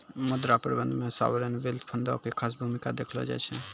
मुद्रा प्रबंधन मे सावरेन वेल्थ फंडो के खास भूमिका देखलो जाय छै